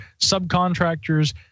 subcontractors